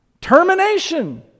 Termination